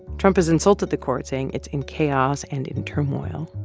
trump has insulted the court saying it's in chaos and in turmoil.